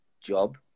job